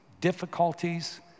difficulties